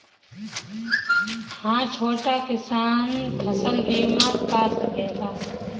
हा छोटा किसान फसल बीमा पा सकेला?